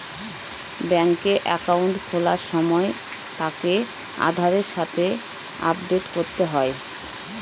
ব্যাঙ্কে একাউন্ট খোলার সময় তাকে আধারের সাথে আপডেট করতে হয়